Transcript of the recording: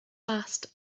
last